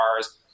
cars